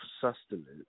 sustenance